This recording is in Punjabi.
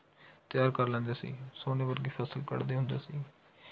ਤਿਆਰ ਕਰ ਲੈਂਦੇ ਸੀ ਸੋਨੇ ਵਰਗੀ ਫਸਲ ਕੱਢਦੇ ਹੁੰਦੇ ਸੀ